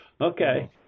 okay